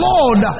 Lord